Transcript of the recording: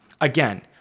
Again